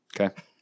Okay